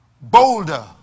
boulder